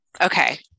okay